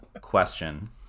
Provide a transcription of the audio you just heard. question